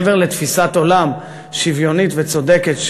מעבר לתפיסת עולם שוויונית וצודקת,